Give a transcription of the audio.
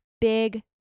big